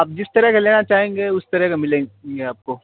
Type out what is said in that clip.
آپ جس طرح کا لینا چاہیں گے اس طرح کا ملیں گے آپ کو